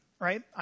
right